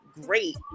great